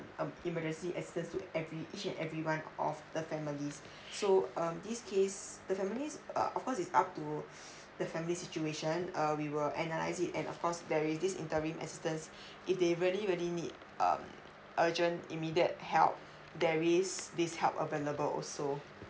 um emergency to every each and everyone of the families so um this case the families uh of course is up to the family situation uh we were analyse it and of course there is this interim assistance if they really really need um urgent immediate help there is this help available also